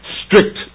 strict